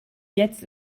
jetzt